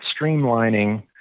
streamlining